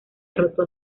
derrotó